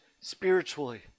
spiritually